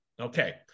Okay